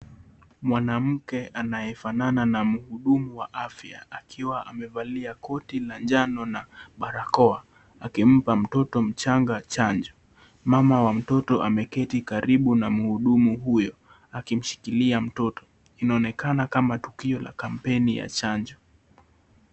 Mwanamke anayefanana na mhudumu wa afya, akiwa amevalia koti la njano na barakoa akimpa mtoto mchanga chanjo, mama wa mtoto ameketi karibu na mhudumu huyo akimshikilia mtoto, inaonekana kama tukio la kampeni ya chanjo.